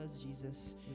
Jesus